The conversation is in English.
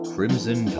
Crimson